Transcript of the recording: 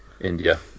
India